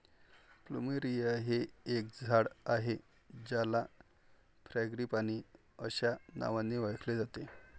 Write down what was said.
plumeria हे एक झाड आहे ज्याला फ्रँगीपानी अस्या नावानी ओळखले जाते